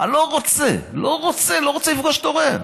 אני לא רוצה לפגוש תורם.